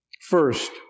First